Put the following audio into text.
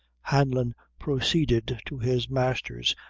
hanlon proceeded to his master's,